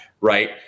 right